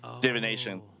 Divination